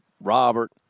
Robert